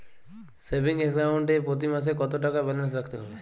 Savings account এ প্রতি মাসে কতো টাকা ব্যালান্স রাখতে হবে?